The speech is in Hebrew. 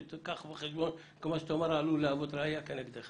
קח בחשבון שכל מה שאתה אומר עלול להוות ראיה כנגדך,